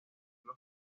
los